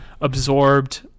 absorbed